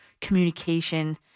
communication